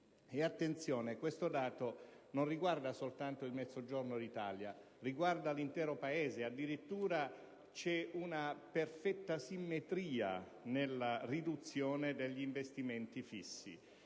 questo dato non riguarda soltanto il Mezzogiorno d'Italia, ma l'intero Paese. C'è addirittura una perfetta simmetria nella riduzione degli investimenti fissi,